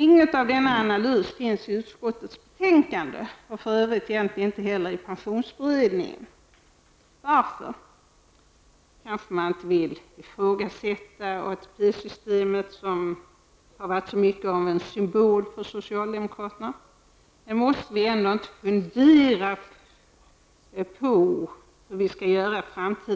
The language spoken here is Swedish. Inget av denna analys finns i utskottets betänkande och för övrigt egentligen inte heller i pensionsberedningen. Varför? Man vill kanske inte ifrågasätta ATP-systemet, som har varit något av en symbol för socialdemokraterna. Men måste vi ändå inte fundera så